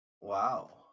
Wow